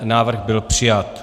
Návrh byl přijat.